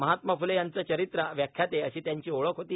महात्मा फुले यांचे चरित्र व्याख्याते अशी त्यांची ओळख होती